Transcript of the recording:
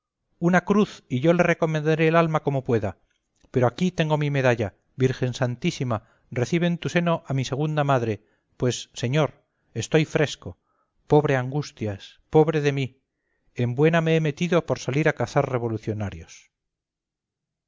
una cruz y yo le recomendaré el alma como pueda pero aquí tengo mi medalla virgen santísima recibe en tu seno a mi segunda madre pues señor estoy fresco pobre angustias pobre de mí en buena me he metido por salir a cazar revolucionarios